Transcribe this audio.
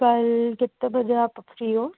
कल कितने बजे आप फ़्री हो